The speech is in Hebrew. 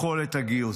יכולת הגיוס.